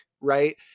right